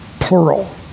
plural